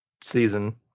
season